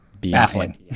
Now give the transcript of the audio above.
Baffling